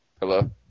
Hello